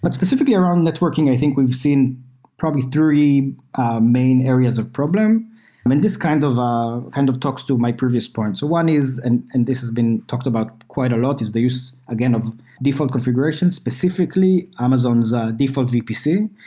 but specifically, around networking, i think we've seen probably three main areas of problem, and this kind of of kind of talks to my previous points. one is, and and this has been talked about quite a lot, is the use, again, of different configurations, epecifically amazon's ah default vpc,